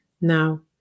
Now